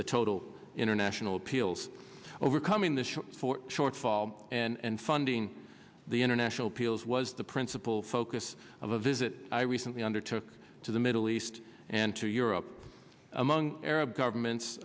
the total international peals overcoming the four shortfall and funding the international peel's was the principal focus of a visit i recently undertook to the middle east and to europe among arab governments